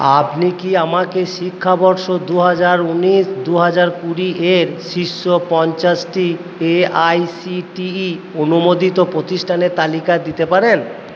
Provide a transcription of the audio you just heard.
আপনি কি আমাকে শিক্ষাবর্ষ দু হাজার উনিশ দু হাজার কুড়ি এর শীর্ষ পঞ্চাশটি এআইসিটিই অনুমোদিত প্রতিষ্ঠানের তালিকা দিতে পারেন